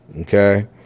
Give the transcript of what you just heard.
okay